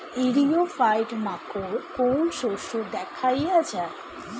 ইরিও ফাইট মাকোর কোন শস্য দেখাইয়া যায়?